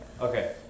Okay